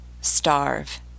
starve